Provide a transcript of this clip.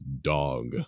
dog